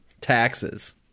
taxes